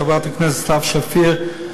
חברת הכנסת סתיו שפיר,